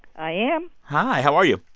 i am hi. how are you?